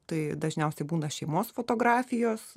tai dažniausiai būna šeimos fotografijos